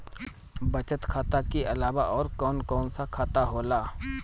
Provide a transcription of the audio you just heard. बचत खाता कि अलावा और कौन कौन सा खाता होला?